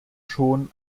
schon